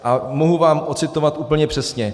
A mohu vám ocitovat úplně přesně.